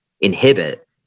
inhibit